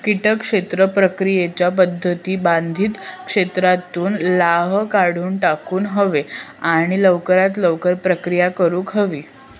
किटक क्षेत्र प्रक्रियेच्या पध्दती बाधित क्षेत्रातुन लाह काढुन टाकुक हवो आणि लवकरात लवकर प्रक्रिया करुक हवी